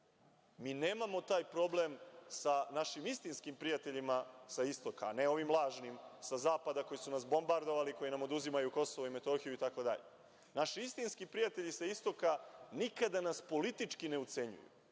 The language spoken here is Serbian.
Mi nemamo taj problem sa našim istinskim prijateljima sa istoka, a ne ovim lažnim sa zapada koji su nas bombardovali, koji nam oduzimaju Kosovo i Metohiju, itd. Naši istinski prijatelji sa istoka nikada nas politički ne ucenjuju.